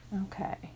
Okay